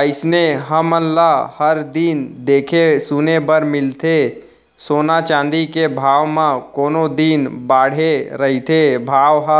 अइसने हमन ल हर दिन देखे सुने बर मिलथे सोना चाँदी के भाव म कोनो दिन बाड़हे रहिथे भाव ह